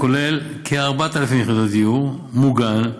הכולל כ-4,000 יחידות דיור מוגן,